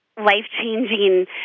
life-changing